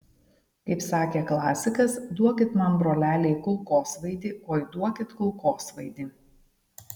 kaip sakė klasikas duokit man broleliai kulkosvaidį oi duokit kulkosvaidį